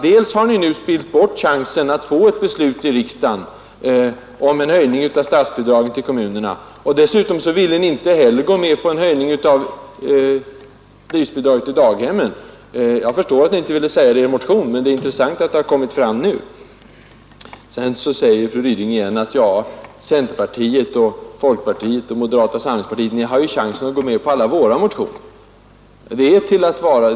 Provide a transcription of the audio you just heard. Dels har ni nu spillt bort chansen att få ett beslut i riksdagen om en höjning av statsbidraget till kommunerna, dels vill ni inte heller gå med på en höjning av driftbidraget till daghemmen. Jag förstår att ni inte ville säga detta i er motion, men det är intressant att det har kommit fram nu. Fru Ryding förklarar att centerpartiet, folkpartiet och moderata samlingspartiet har möjligheter att gå med på alla motioner från kommunisterna.